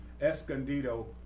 escondido